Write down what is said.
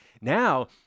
Now